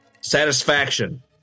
satisfaction